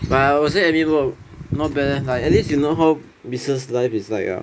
but I would say admin work not bad leh at least you know how business life is like